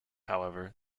however